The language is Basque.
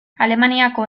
alemaniako